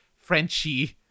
Frenchie